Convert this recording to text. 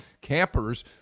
campers